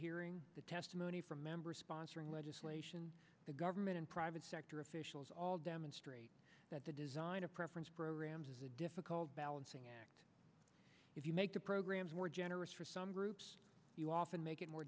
hearing the testimony from members sponsoring legislation the government and private sector officials all demonstrate that the design of preference programs is a difficult balancing act if you make the programs more generous for some groups you often make it more